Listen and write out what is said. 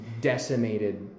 decimated